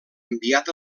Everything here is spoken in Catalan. enviat